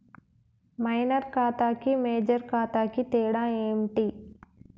Minor ఖాతా కి major ఖాతా కి తేడా ఏంటి?